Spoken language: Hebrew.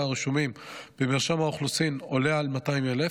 הרשומים במרשם האוכלוסין עולה על 200,000,